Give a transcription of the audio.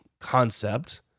concept